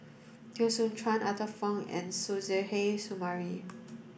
Teo Soon Chuan Arthur Fong and Suzairhe Sumari